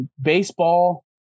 baseball